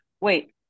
Wait